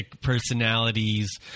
personalities